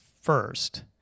first